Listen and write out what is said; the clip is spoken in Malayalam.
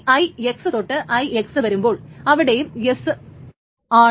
ഇനി IX തൊട്ട് IX വരുമ്പോൾ അവിടെയും എസ്സ് ആണ് വരുക